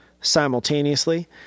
simultaneously